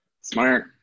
Smart